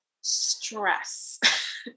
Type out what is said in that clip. stress